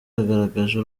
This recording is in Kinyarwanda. yagaragaje